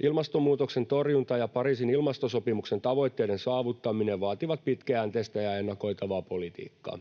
Ilmastonmuutoksen torjunta ja Pariisin ilmastosopimuksen tavoitteiden saavuttaminen vaativat pitkäjänteistä ja ennakoitavaa politiikkaa.